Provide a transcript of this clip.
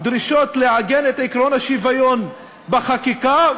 דרישות לעגן את עקרון השוויון בחקיקה,